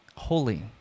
holy